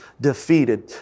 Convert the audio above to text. defeated